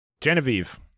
genevieve